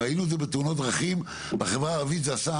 ראינו את זה בתאונות דרכים, בחברה הערבית זה עשה